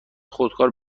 خودکار